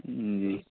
جی